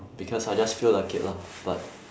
because I just feel like it lah but